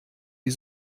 die